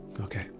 Okay